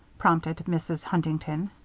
prompted mrs. huntington.